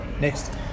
Next